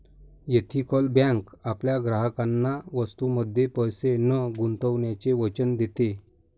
ethical bank आपल्या ग्राहकांना वस्तूंमध्ये पैसे न गुंतवण्याचे वचन देते